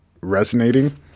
resonating